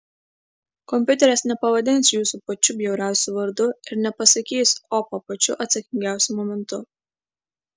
kompiuteris nepavadins jūsų pačiu bjauriausiu vardu ir nepasakys opa pačiu atsakingiausiu momentu